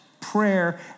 prayer